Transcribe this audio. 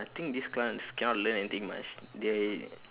I think this class cannot learn anything much they